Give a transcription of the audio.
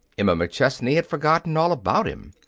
emma mcchesney had forgotten all about him.